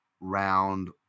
round